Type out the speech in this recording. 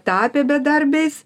tapę bedarbiais